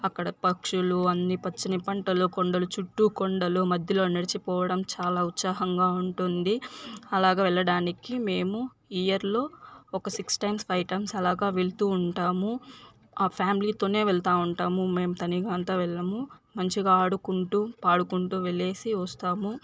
అక్కడ పక్షులు అన్ని పచ్చని పంటలు కొండలు చుట్టూ కొండలు మధ్యలో నడిచిపోవడం చాలా ఉత్సాహంగా ఉంటుంది అలాగే వెళ్లడానికి మేము ఇయర్లో ఒక సిక్స్ టైమ్స్ ఫైవ్ టైమ్స్ అలాగా వెళుతూ ఉంటాము ఫ్యామిలీతోనే వెళ్తా ఉంటాము మేము తనిగా అంతా వెళ్ళము మంచిగా ఆడుకుంటూ పాడుకుంటూ వెళ్లేసి వస్తాము